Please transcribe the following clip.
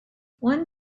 one